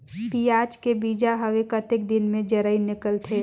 पियाज के बीजा हवे कतेक दिन मे जराई निकलथे?